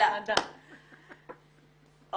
אני